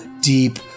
deep